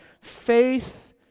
faith